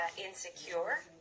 Insecure